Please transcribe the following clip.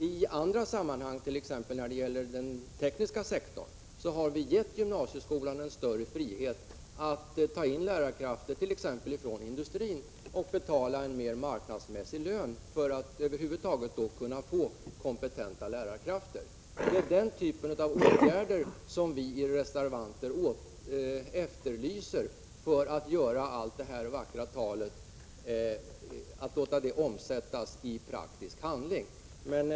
I andra sammanhang, t.ex. på den tekniska sektorn, har vi gett gymnasieskolan en större frihet att ta in lärarkrafter exempelvis från industrin och betala en mera marknadsmässig lön för att över huvud taget kunna få kompetenta lärare. Det är den typen av åtgärder som vi reservanter efterlyser för att allt det vackra talet skall kunna omsättas i praktisk handling.